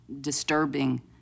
disturbing